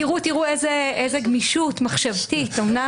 תראו איזה גמישות מחשבתית...